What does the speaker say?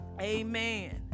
Amen